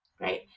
Right